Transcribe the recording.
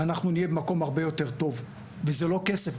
אנחנו נהיה במקום הרבה יותר טוב וזה לא כסף,